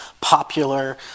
popular